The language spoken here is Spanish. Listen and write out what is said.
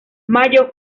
mayo